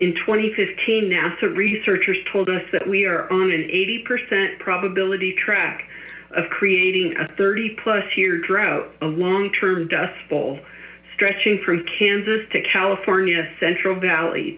and fifteen nasa researchers told us that we are on an eighty percent probability track of creating a thirty plus year drought a long term dust bowl stretching from kansas to california's central valley